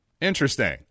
Interesting